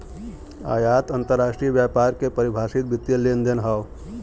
आयात अंतरराष्ट्रीय व्यापार के परिभाषित वित्तीय लेनदेन हौ